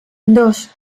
dos